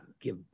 give